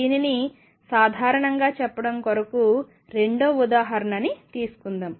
దీనిని సాధారణంగా చెప్పడం కొరకు రెండవ ఉదాహరణని తీసుకుందాం